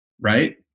Right